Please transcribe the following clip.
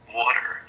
water